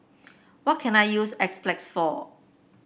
what can I use Enzyplex for